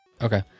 Okay